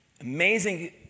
Amazing